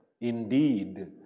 Indeed